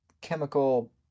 chemical